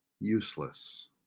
useless